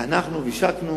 חנכנו והשקנו